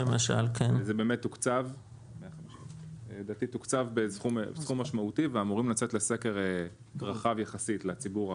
זה באמת תוקצב בסכום משמעותי ואמורים לצאת לסקר רחב יחסית לציבור הרחב.